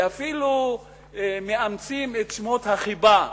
ואפילו מאמצים את שמות החיבה,